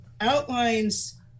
outlines